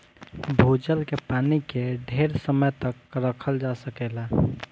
भूजल के पानी के ढेर समय तक रखल जा सकेला